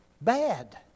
bad